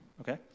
Okay